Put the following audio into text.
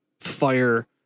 fire